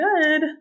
good